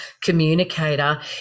communicator